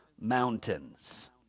mountains